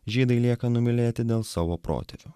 žydai lieka numylėti dėl savo protėvių